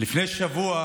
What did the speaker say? לפני שבוע